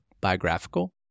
biographical